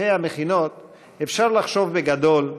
וחניכי המכינות אפשר לחשוב בגדול,